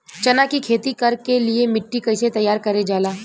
चना की खेती कर के लिए मिट्टी कैसे तैयार करें जाला?